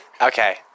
Okay